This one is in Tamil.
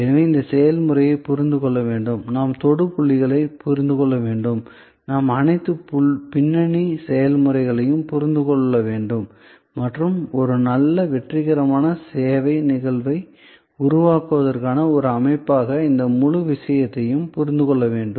எனவே இந்த செயல்முறையைப் புரிந்து கொள்ள நாம் தொடு புள்ளிகளைப் புரிந்து கொள்ள வேண்டும் நாம் அனைத்து பின்னணி செயல்முறைகளையும் புரிந்து கொள்ள வேண்டும் மற்றும் ஒரு நல்ல வெற்றிகரமான சேவை நிகழ்வை உருவாக்குவதற்கான ஒரு அமைப்பாக இந்த முழு விஷயத்தையும் புரிந்து கொள்ள வேண்டும்